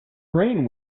train